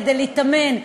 כדי להתאמן,